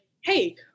hey